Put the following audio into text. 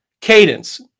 cadence